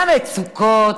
למצוקות,